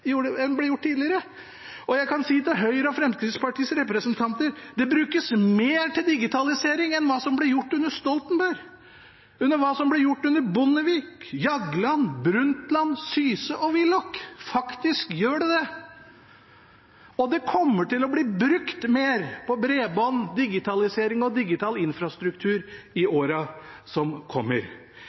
ble gjort tidligere. Jeg kan si til Høyre og Fremskrittspartiets representanter at det brukes mer til digitalisering enn hva som ble gjort under Stoltenberg, enn hva som ble gjort under Bondevik, Jagland, Brundtland, Syse og Willoch. Faktisk gjør det det, og det kommer til å bli brukt mer på bredbånd, digitalisering og digital infrastruktur i åra som kommer.